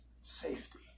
Safety